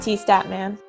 T-Statman